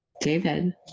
david